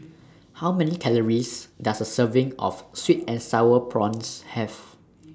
How Many Calories Does A Serving of Sweet and Sour Prawns Have